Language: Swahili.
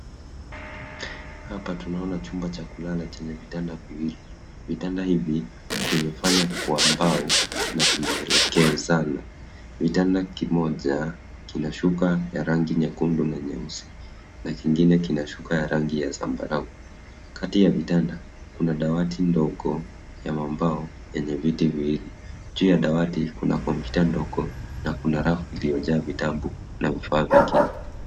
Hapa tunaona chumba cha kulala lenye vitanda viwili. Vitanda hivi vimefanya kwa mbao na vimelekezana. Kitanda kimoja kina shuka ya rangi nyekundu na nyeusi na kingine kina shuka ya rangi ya zambarau. Kati ya vitanda kuna dawati ndogo ya mambao yenye viti viwili. Juu ya dawati kuna kompyuta ndogo na kuna rafu iliyojaa vitabu na ufaa mengine.